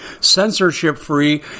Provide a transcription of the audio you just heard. censorship-free